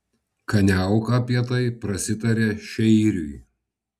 kaniauka apie tai prasitarė šeiriui